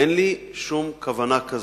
אין לי שום כוונה כזאת.